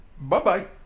Bye-bye